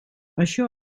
això